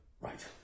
Right